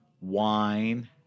wine